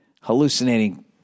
hallucinating